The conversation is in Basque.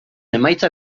emaitza